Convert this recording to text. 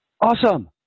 awesome